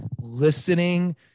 listening